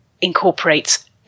incorporates